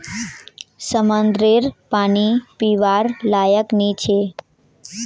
समंद्ररेर पानी पीवार लयाक नी छे